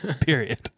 Period